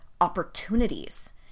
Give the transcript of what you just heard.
opportunities